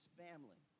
family